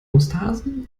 osterhasen